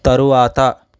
తరువాత